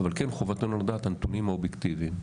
אבל חובתנו לדעת את הנתונים האובייקטיביים.